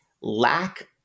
lack